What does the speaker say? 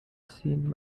seen